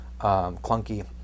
clunky